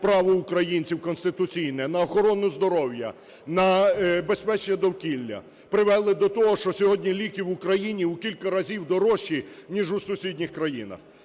право українців конституційне на охорони здоров'я, на безпечне довкілля, привели до того, що сьогодні ліки в Україні в кілька разів дорожчі, ніж у сусідніх країнах.